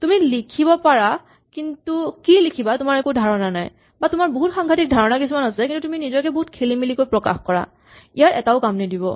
তুমি লিখিব পাৰা কিন্তু কি লিখিবা তোমাৰ একো ধাৰণা নাই বা তোমাৰ বহুত সাংঘাটিক ধাৰণা কিছুমান আছে কিন্তু তুমি নিজকে বহুত খেলি মেলি কৈ প্ৰকাশ কৰা ইয়াৰ এটায়ো কাম নিদিব